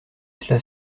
cela